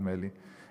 נדמה לי,